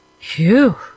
Phew